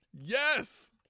Yes